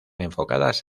enfocadas